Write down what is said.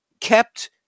kept